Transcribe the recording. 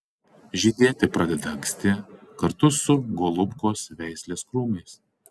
žydėti pradeda anksti kartu su golubkos veislės krūmais